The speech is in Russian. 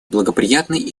благоприятный